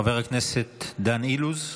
חבר הכנסת דן אילוז,